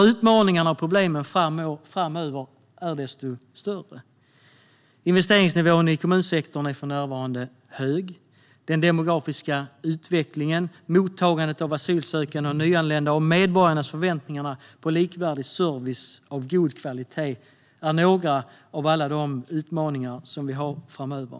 Utmaningarna och problemen framöver är desto större. Investeringsnivån i kommunsektorn är för närvarande hög, och den demografiska utvecklingen, mottagandet av asylsökande och nyanlända samt medborgarnas förväntningar på likvärdig service av god kvalitet är några av de utmaningar vi har framöver.